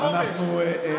ככל שלא, אנחנו נתנגד.